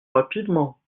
rapidement